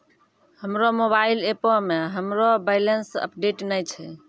हमरो मोबाइल एपो मे हमरो बैलेंस अपडेट नै छै